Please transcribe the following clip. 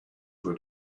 were